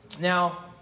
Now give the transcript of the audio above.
Now